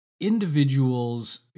individuals